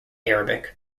arabic